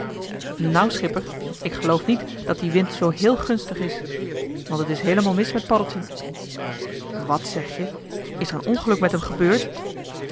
nou schipper ik geloof niet dat die wind zoo héél gunstig is want t is heelemaal mis met paddeltje wàt zeg je is er een ongeluk met hem gebeurd